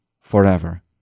forever